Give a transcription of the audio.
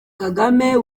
kagame